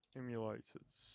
emulators